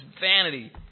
vanity